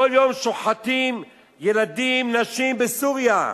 כל יום שוחטים ילדים, נשים, בסוריה,